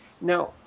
now